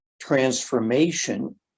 transformation